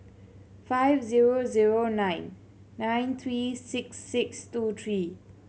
five zero zero nine nine three six six two three